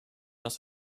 das